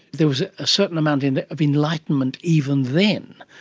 there was a certain amount and of enlightenment even then.